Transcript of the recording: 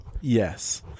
Yes